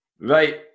Right